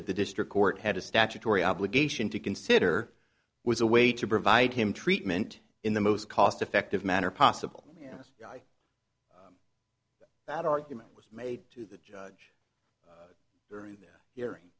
that the district court had a statutory obligation to consider was a way to provide him treatment in the most cost effective manner possible and this guy that argument was made to the judge during this hearing